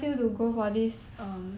orh